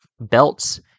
belts